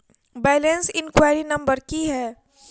Balance enquiry number की है?